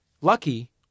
Lucky